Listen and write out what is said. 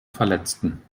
verletzten